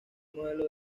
modelo